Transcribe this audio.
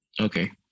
Okay